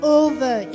over